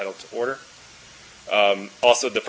i didn't find reference to chevron or you